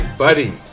Buddy